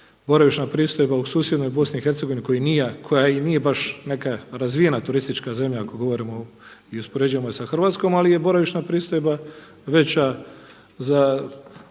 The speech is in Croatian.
boravišna pristojba u susjednoj BiH koja i nije baš neka razvijena turistička zemlja ako govorimo i uspoređujemo sa Hrvatskom ali je boravišna pristojba veća za